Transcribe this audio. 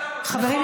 חברים,